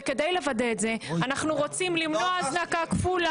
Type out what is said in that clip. וכדי לוודא את זה אנחנו רוצים למנוע הזנקה קבועה.